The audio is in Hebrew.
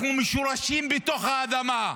אנחנו מושרשים בתוך האדמה.